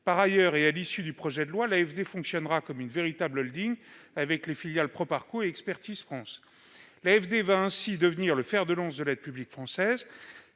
Par ailleurs, et à l'issue de ce parcours législatif, l'AFD fonctionnera comme une véritable holding, avec ses filiales Proparco et Expertise France. L'AFD va ainsi devenir le fer de lance de l'aide publique française.